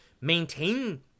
maintain